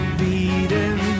beating